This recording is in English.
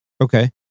Okay